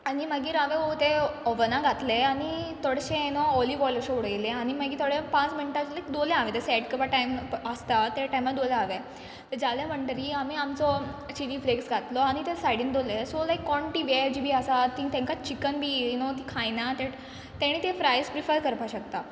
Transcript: आनी मागीर हांवें ओ तें ऑवना घातले आनी थोडेशें यू नो ऑलीव ऑयल अशें उडयलें आनी मागी थोडे पांच मिणटां लायक दोल्ले हांवें ते सॅट करपा टायम आसता ते टायमा दोल्ले हांवें तें जालें म्हणटरी आमी आमचो चिली फ्लेक्स घातलो आनी ते सायडीन दोल्ले सो लायक कोण तीं वॅज बी आसात तीं तेंकां चिकन बी यू नो तीं खायना ते तेणें ते फ्रायज प्रिफर करपा शकता